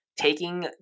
Taking